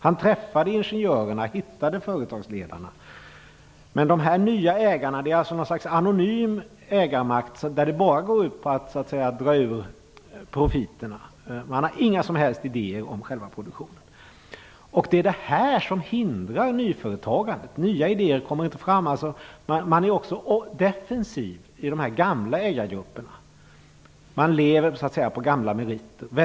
Han träffade ingenjörerna och hittade företagsledarna. Men dessa nya ägarna representerar något slags anonym ägarmakt där det bara går ut på att dra ur profiterna. Man har inga som helst idéer om själva produktionen. Det är detta som hindrar nyföretagandet. Nya idéer kommer inte fram. De gamla ägargrupperna är också defensiva. De lever på gamla meriter.